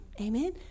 Amen